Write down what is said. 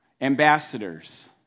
ambassadors